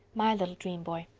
my little dream-boy.